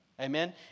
Amen